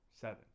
seven